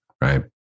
right